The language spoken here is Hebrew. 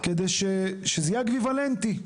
כדי שזה יהיה אקוויוולנטי.